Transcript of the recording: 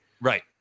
right